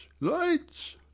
lights